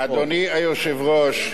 אדוני היושב-ראש,